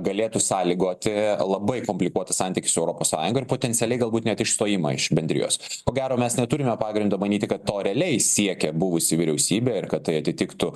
galėtų sąlygoti labai komplikuoti santykius su europos sąjunga ir potencialiai galbūt net išstojimą iš bendrijos ko gero mes neturime pagrindo manyti kad to realiai siekia buvusi vyriausybė ir kad tai atitiktų